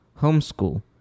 homeschool